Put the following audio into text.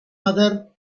mother